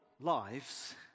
lives